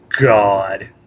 God